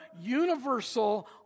universal